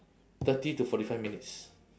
thirty to forty five minutes